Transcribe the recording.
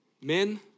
Men